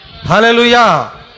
Hallelujah